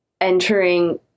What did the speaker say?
entering